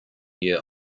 year